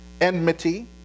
enmity